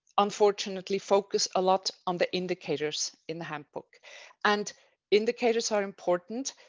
unfortunately, focus a lot on the indicators in the handbook and indicators are important,